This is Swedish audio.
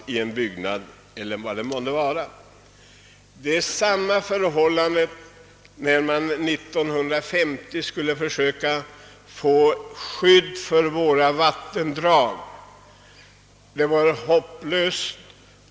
Samma inställning mötte man när man 1950 försökte skapa skydd för våra vattendrag; det var hopplöst.